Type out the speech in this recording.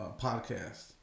podcast